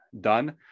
done